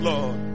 Lord